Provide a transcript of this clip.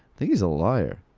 think he's a liar.